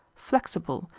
flexible,